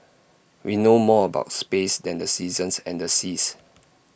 we know more about space than the seasons and the seas